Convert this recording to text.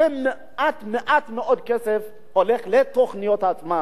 מעט מאוד כסף הולך לתוכניות עצמן.